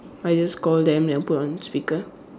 I just call them and put on speaker